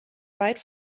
weit